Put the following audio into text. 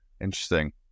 Interesting